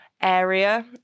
area